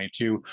2022